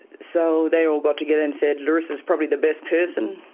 so they all got together and said larisa is probably the best person.